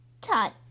tut